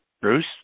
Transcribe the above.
Bruce